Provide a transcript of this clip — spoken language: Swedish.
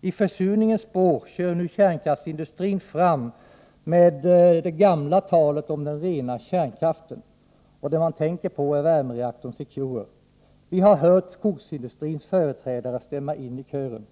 I försurningens spår kör nu kärnkraftsindustrin fram med det gamla talet om den ”rena kärnkraften”. Det man tänker på är värmereaktorn Secure. Vi har hört skogsindustrins företrädare stämma in i kören.